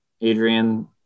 Adrian